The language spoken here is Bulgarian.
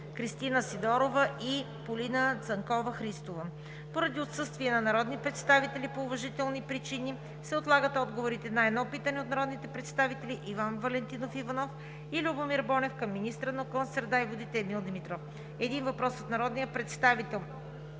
Кристина Сидорова; и Полина Цанкова-Христова. Поради отсъствие на народни представители по уважителни причини се отлагат отговорите на: - едно питане от народните представители Иван Валентинов Иванов и Любомир Бонев към министъра на околната среда и водите Емил Димитров; - един въпрос от народния представител